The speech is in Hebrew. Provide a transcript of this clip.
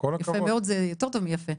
יפה מאוד זה יותר טוב מיפה.